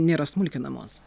nėra smulkinamos